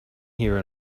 here